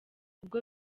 ubwo